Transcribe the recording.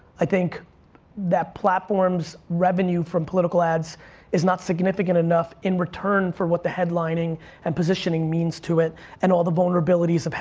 i think that platform's revenue from political ads is not significant enough in return for what the headlining and positioning means to it and all the vulnerabilities of it.